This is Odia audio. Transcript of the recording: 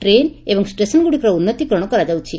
ଟ୍ରେନ୍ ଏବଂ ଷ୍ଟେସନ୍ଗୁଡ଼ିକର ଉନ୍ନତୀକରଶ କରାଯାଉଛି